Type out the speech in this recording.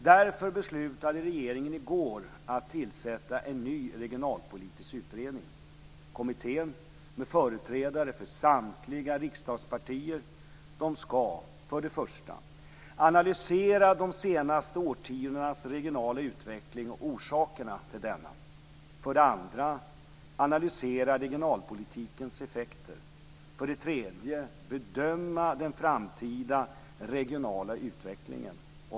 Därför beslutade regeringen i går att tillsätta en ny regionalpolitisk utredning. Kommittén med företrädare för samtliga riksdagspartier skall: För det första: Analysera de senaste årtiondenas regionala utveckling och orsakerna till denna. För det andra: Analysera regionalpolitikens effekter. För det tredje: Bedöma den framtida regionala utvecklingen.